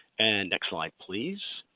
and next slide please.